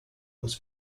was